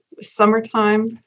summertime